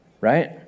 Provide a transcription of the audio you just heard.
right